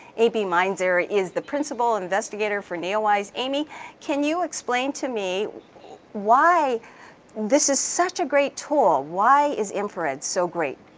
amy mainzer is the principal investigator for neowise, amy can you explain to me why this is such a great tool, why is infrared so great?